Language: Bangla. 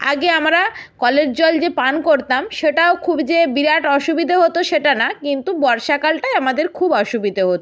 আগে আমরা কলের জল যে পান করতাম সেটাও খুব যে বিরাট অসুবিধে হতো সেটা না কিন্তু বর্ষাকালটায় আমাদের খুব অসুবিধে হতো